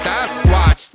Sasquatch